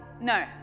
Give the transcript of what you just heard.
No